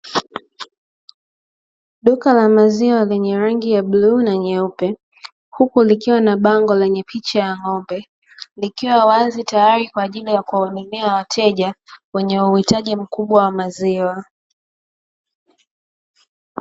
Duka la maziwa lenye rangi ya bluu na nyeupe huku likiwa na bango lenye picha ya ng'ombe likiwa wazi kwa ajili ya kuwahudumia wateja wenye uhitaji mkubwa wa maziwa.